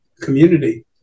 community